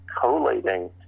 collating